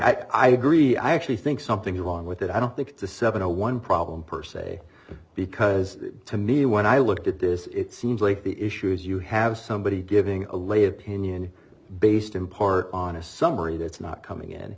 testimony i agree i actually think something's wrong with it i don't think it's a seven zero one problem per se because to me when i looked at this it seems like the issues you have somebody giving a lay opinion based in part on a summary that's not coming in